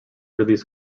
release